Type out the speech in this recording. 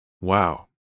Wow